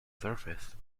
surface